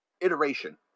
iteration